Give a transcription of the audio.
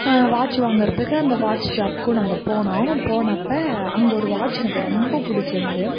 watch வாங்குறதுக்கு அந்த watch ஷாப்க்கும் நாங்கள் போனோம் போனப்போ அங்கே ஒரு வாட்ச் எனக்கு ரொம்ப பிடிச்சிருந்துது